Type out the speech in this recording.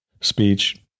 speech